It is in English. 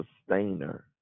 sustainer